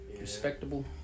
Respectable